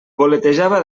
voletejava